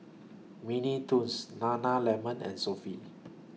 Mini Toons Nana Lemon and Sofy